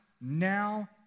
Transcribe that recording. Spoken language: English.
now